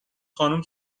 خانم